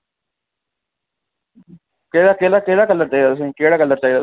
केह्ड़ा केह्ड़ा कलर चाहिदा तुसें ई केह्ड़ा कलर चाहिदा तुसें ई